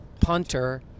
punter